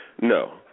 No